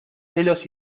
celos